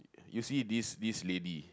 you see this this lady